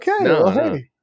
Okay